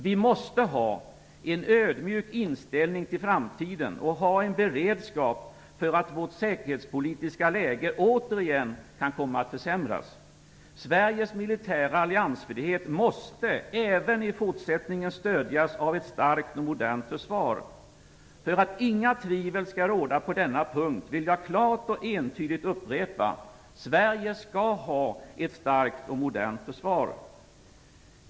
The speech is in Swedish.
Vi måste ha en ödmjuk inställning till framtiden och ha en beredskap för att vårt säkerhetspolitiska läge återigen kan komma att försämras. Sveriges militära alliansfrihet måste även i fortsättningen stödjas av ett starkt och modernt försvar. För att inga tvivel skall råda på denna punkt vill jag klart och entydigt upprepa: Sverige skall ha ett starkt och modernt försvar.